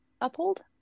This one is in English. Uphold